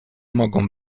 mogą